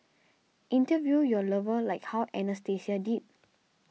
interview your lover like how Anastasia did